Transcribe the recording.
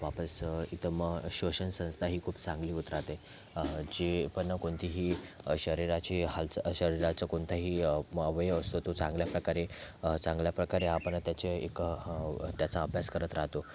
वापस इथं मग श्वसन संस्थाही खूप चांगली होत राहते जे पण कोणतीही शरीराची हालचाल शरीराचं कोणताही अवयव तो चांगल्या प्रकारे चांगल्या प्रकारे आपण त्याचे एक ह त्याचा अभ्यास करत राहतो